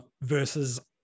Versus